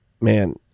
man